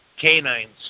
Canines